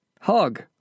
Hug